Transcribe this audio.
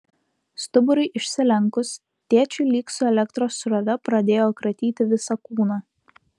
stuburui išsilenkus tėčiui lyg su elektros srove pradėjo kratyti visą kūną